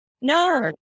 No